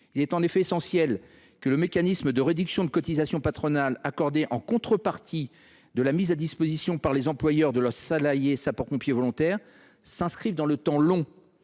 Il est en effet essentiel que le mécanisme de réduction de cotisations patronales accordée en contrepartie de la mise à disposition par les employeurs de leurs salariés sapeurs pompiers volontaires s’inscrive dans le temps long